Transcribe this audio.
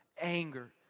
anger